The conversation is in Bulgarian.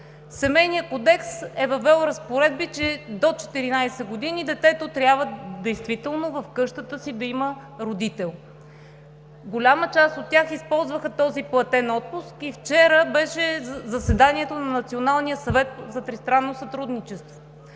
Семейният кодекс е въвел разпоредби, че до 14 години при детето действително в къщата си да има родител. Голяма част от тях използваха този платен отпуск. Вчера беше заседанието на Националния съвет за тристранно сътрудничество.